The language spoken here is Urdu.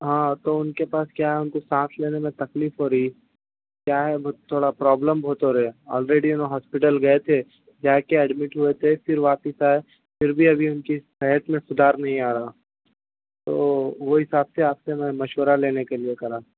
ہاں تو ان کے پاس کیا ان کو سانس لینے میں تکلیف ہو رہی کیا ہے وہ تھوڑا پرابلم بہت ہو رہے ہیں آلریڈی انہوں ہاسپٹل گئے تھے جا کے ایڈمٹ ہوئے تھے پھر واپس آئے پھر بھی ابھی ان کی صحت میں سدھار نہیں آ رہا تو وہ حساب سے آپ سے میں نے مشورہ لینے کے لیے کرا